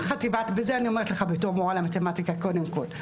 זה אני אומרת לך בתור מורה למתמטיקה קודם כל.